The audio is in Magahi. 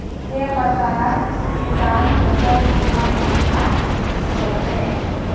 के प्रकार किसान फसल बीमा योजना सोचें?